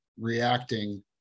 reacting